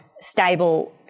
stable